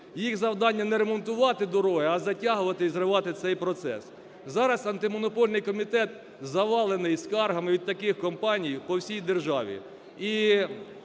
їх завдання не ремонтувати дороги, а затягувати і зривати цей процес. Зараз Антимонопольний комітет завалений скаргами від таких компаній по всій державі.